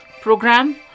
program